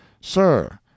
sir